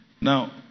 Now